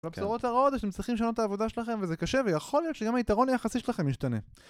והבשורות הרעות זה שאתם צריכים לשנות את העבודה שלכם וזה קשה ויכול להיות שגם היתרון היחסי שלכם ישתנה